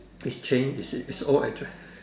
is changed you see it's old address